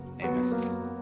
Amen